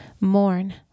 Mourn